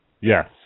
Yes